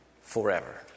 forever